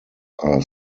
are